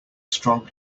strong